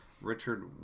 Richard